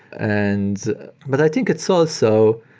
and but i think it's also,